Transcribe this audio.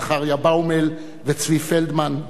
זכריה באומל וצבי פלדמן,